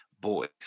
boys